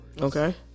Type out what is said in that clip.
Okay